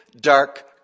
dark